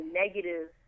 negative